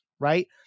Right